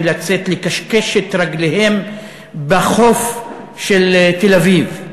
לצאת לשכשך את רגליהם בחוף של תל-אביב.